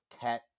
cat